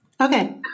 Okay